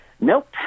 Nope